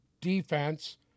defense